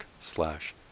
slash